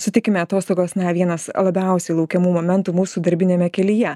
sutikime atostogos na vienas labiausiai laukiamų momentų mūsų darbiniame kelyje